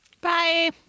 Bye